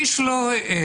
איש לא העז,